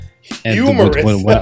Humorous